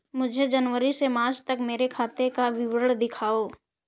मुझे जनवरी से मार्च तक मेरे खाते का विवरण दिखाओ?